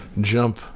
jump